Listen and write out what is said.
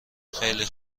خیلی